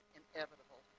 inevitable